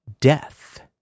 death